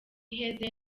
iheze